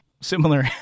similar